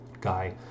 guy